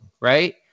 right